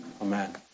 Amen